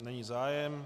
Není zájem.